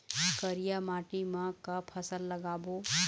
करिया माटी म का फसल लगाबो?